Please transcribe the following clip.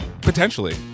Potentially